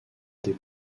des